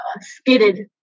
Skidded